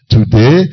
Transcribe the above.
Today